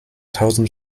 tausend